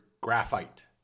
graphite